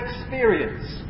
experience